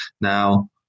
Now